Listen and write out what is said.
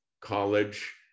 college